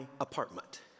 apartment